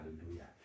hallelujah